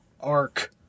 arc